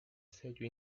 sello